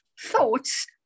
thoughts